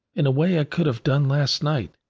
in a way i could have done last night.